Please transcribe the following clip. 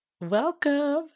Welcome